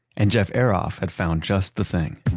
and jeff eroff had found just the thing.